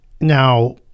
Now